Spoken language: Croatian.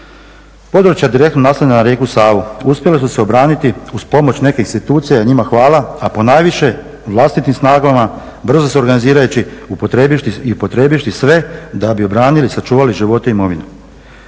Područja direktno naslonjena na rijeku Savu uspjeli su se obraniti uz pomoć nekih institucija i njima hvala, a ponajviše vlastitim snagama brzo se organizirajući upotrijebivši sve da bi obranili i sačuvali živote i imovinu.